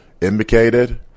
indicated